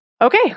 Okay